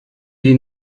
die